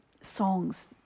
songs